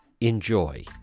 enjoy